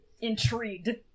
Intrigued